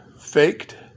faked